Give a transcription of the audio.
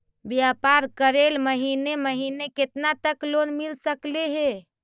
व्यापार करेल महिने महिने केतना तक लोन मिल सकले हे?